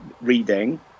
reading